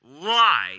lie